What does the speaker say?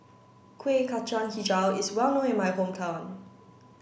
Kueh Kacang Hijau is well known in my hometown